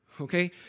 okay